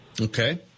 Okay